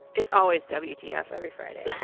it's always w t f, every friday